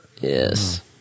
Yes